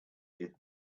you